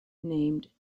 named